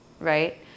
Right